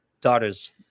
daughter's